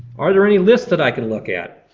are there any lists that i can look at?